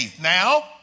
Now